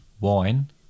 Wine